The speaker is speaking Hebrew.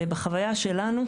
בחוויה שלנו,